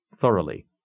thoroughly